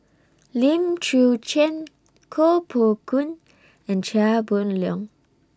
Lim Chwee Chian Koh Poh Koon and Chia Boon Leong